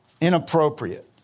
inappropriate